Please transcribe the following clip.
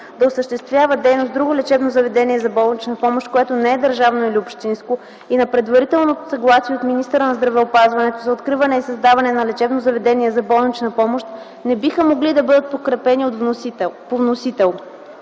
да осъществява дейност друго лечебно заведение за болнична помощ, което не е държавно или общинско, и на предварително съгласие от министъра на здравеопазването за откриване и създаване на лечебно заведение за болнична помощ, не биха могли да бъдат подкрепени по вносител.